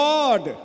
Lord